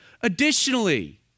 Additionally